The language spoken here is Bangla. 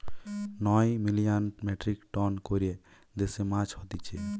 নয় মিলিয়ান মেট্রিক টন করে দেশে মাছ হতিছে